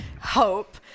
hope